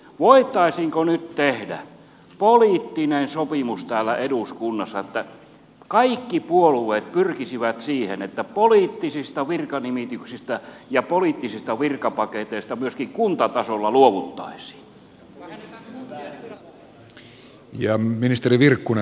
voitaisiinko nyt tehdä poliittinen sopimus täällä eduskunnassa että kaikki puolueet pyrkisivät siihen että poliittisista virkanimityksistä ja poliittisista virkapaketeista myöskin kuntatasolla luovuttaisiin